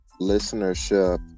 listenership